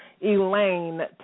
Elaine